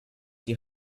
die